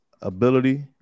ability